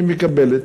היא מקבלת.